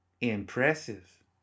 Impressive